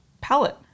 palette